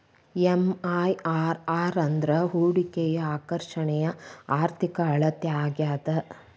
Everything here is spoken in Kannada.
ಎಂ.ಐ.ಆರ್.ಆರ್ ಅಂದ್ರ ಹೂಡಿಕೆಯ ಆಕರ್ಷಣೆಯ ಆರ್ಥಿಕ ಅಳತೆ ಆಗ್ಯಾದ